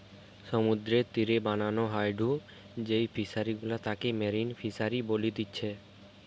সমুদ্রের তীরে বানানো হয়ঢু যেই ফিশারি গুলা তাকে মেরিন ফিসারী বলতিচ্ছে